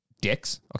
dicks